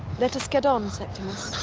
let us get on, septimus.